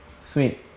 Sweet